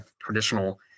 traditional